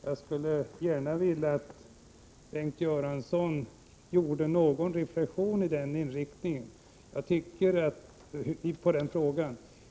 Jag skulle gärna vilja att Bengt Göransson gjorde ett uttalande i den frågan.